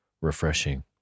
refreshing